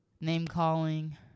Name-calling